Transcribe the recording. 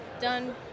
done